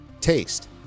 taste